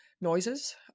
noises